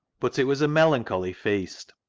but it was a melancholy feast.